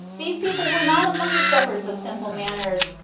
these people were not among the shepherds of simple manners,